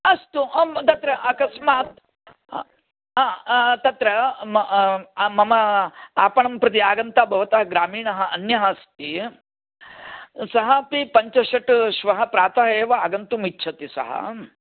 अस्तु अहम् तत्र अकस्मात् तत्र म मम आपणं प्रति आगन्तः भवत ग्रामिणः अन्यः अस्ति सः अपि पञ्च षट् श्वः प्रातः एव आगन्तुम् इच्छति सः